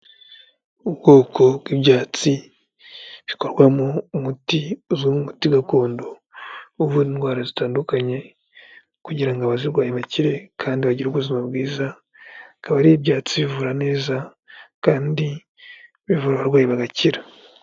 Ubwoko bw'ibyatsi bikorwa mu mutiti gakondo uvura indwara zitandukanye kugira ngo abazirwayi bakire kandi bagire ubuzima bwiza, bikaba ari ibyatsi bivura neza kandi bivura abarwayi bagakira.